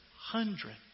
hundred